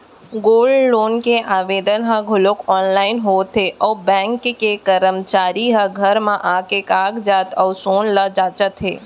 gold loan के आवेदन ह घलौक आनलाइन होत हे अउ बेंक के करमचारी ह घर म आके कागजात अउ सोन ल जांचत हे